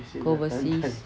go overseas